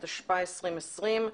התשפ"א-2020.